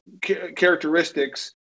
characteristics